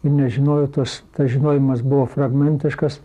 nežinojau tas tas žinojimas buvo fragmentiškas